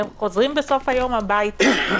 והם חוזרים בסוף היום הביתה.